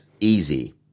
easy